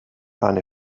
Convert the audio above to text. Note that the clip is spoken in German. eine